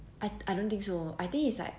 I I don't think so I think it's like